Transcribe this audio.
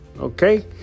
Okay